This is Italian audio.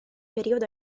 periodo